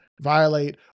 violate